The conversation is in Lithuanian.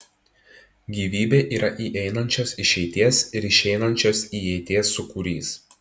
gyvybė yra įeinančios išeities ir išeinančios įeities sūkurys